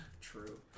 True